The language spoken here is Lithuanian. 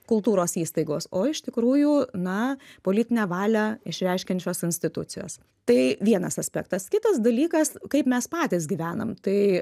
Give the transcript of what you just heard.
kultūros įstaigos o iš tikrųjų na politinę valią išreiškiančios institucijos tai vienas aspektas kitas dalykas kaip mes patys gyvenam tai